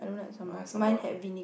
mine has sambal one